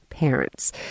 parents